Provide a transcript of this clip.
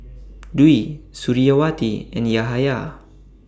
Dwi Suriawati and Yahaya